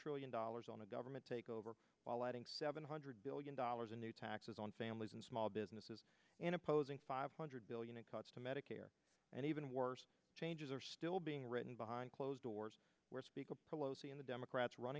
trillion dollars on a government takeover while adding seven hundred billion dollars in new taxes on families and small businesses in opposing five hundred billion in cuts to medicare and even worse changes are still being written behind closed doors where speaker pelosi and the democrats run